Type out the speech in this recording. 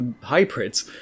hybrids